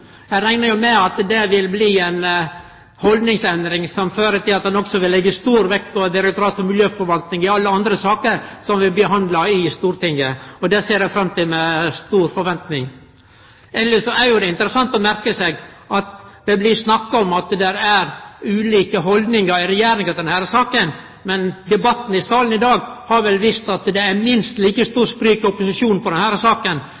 Eg reknar med at det vil bli ei haldningsendring som fører til at han også vil leggje stor vekt på direktoratet og miljøforvaltning i alle andre saker som vil bli behandla i Stortinget, og det ser eg fram til med stor forventning. Elles er det interessant å merke seg at det blir snakka om at det er ulike haldningar i Regjeringa i denne saka. Men debatten i salen i dag har vel vist at det er minst like store sprik i opposisjonen i denne saka, så eit eventuelt regjeringsprosjekt på den